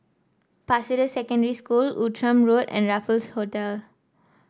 Pasir Ris Secondary School Outram Road and Raffles Hotel